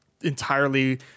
entirely